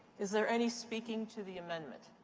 is there any speaking to the amendment?